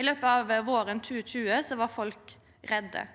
I løpet av våren 2020 var folk redde.